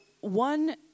one